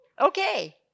Okay